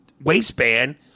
waistband